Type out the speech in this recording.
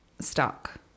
stuck